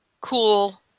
cool